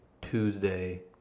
Tuesday